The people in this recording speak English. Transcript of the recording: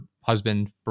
husband